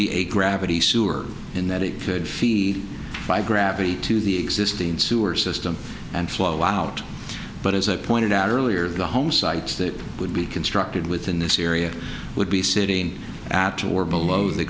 be a gravity sewer in that it could feed by gravity to the existing sewer system and flow out but as i pointed out earlier the home sites that would be constructed within this area would be sitting at or below the